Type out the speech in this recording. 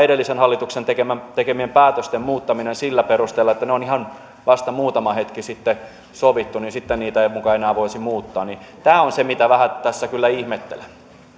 edellisen hallituksen tekemien päätösten muuttaminen sillä perusteella että kun ne on ihan vasta muutama hetki sitten sovittu niin sitten niitä ei muka enää voisi muuttaa tämä on se mitä vähän tässä kyllä ihmettelen